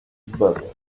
better